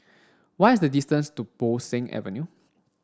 why is the distance to Bo Seng Avenue